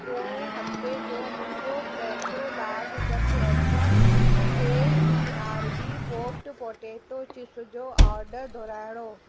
पोइ हफ़्ते जो मुंहिंजो फ्रैशो large duck eggs A B R B popped potato chips जो ऑडर दुहराइयो